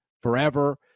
forever